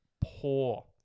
poor